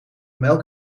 melk